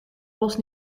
bos